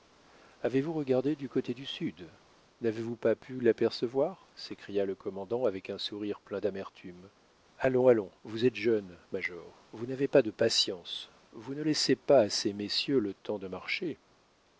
avez-vous regardé du côté du sud n'avez-vous pas pu l'apercevoir s'écria le commandant avec un sourire plein d'amertume allons allons vous êtes jeune major vous n'avez pas de patience vous ne laissez pas à ces messieurs le temps de marcher